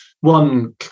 one